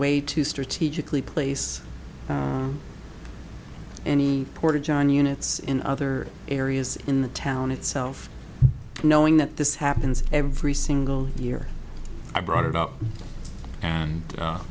way to strategically place any porta john units in other areas in the town itself knowing that this happens every single year i brought it up and